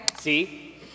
See